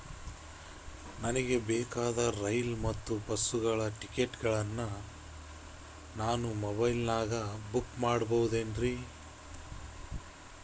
ನಮಗೆ ಬೇಕಾದ ರೈಲು ಮತ್ತ ಬಸ್ಸುಗಳ ಟಿಕೆಟುಗಳನ್ನ ನಾನು ಮೊಬೈಲಿನಾಗ ಬುಕ್ ಮಾಡಬಹುದೇನ್ರಿ?